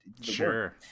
sure